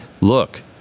look